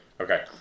Okay